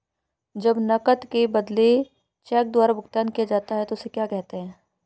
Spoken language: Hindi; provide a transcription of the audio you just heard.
जब नकद के बदले चेक द्वारा भुगतान किया जाता हैं उसे क्या कहते है?